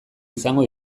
izango